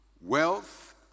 Wealth